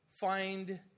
find